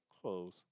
Close